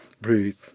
Breathe